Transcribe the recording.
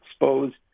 exposed